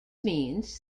means